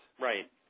Right